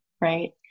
Right